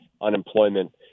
unemployment